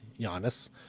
Giannis